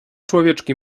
człowieczki